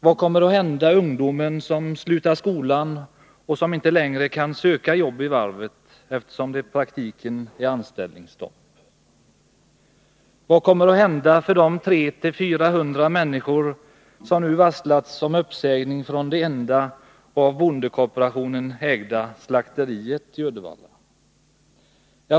Vad kommer att hända ungdomen som slutar skolan och som inte längre kan söka jobb vid varvet, eftersom det i praktiken är anställningsstopp där? Vad kommer att hända de 300-400 människor som nu har varslats om uppsägning från det enda och av bondekooperationen ägda slakteriet i Uddevalla?